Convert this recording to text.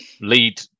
lead